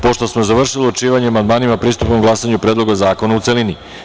Pošto smo završili odlučivanje o amandmanima, pristupamo glasanju o Predlogu zakona, u celini.